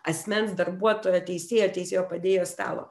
asmens darbuotojo teisėjo teisėjo padėjėjo stalo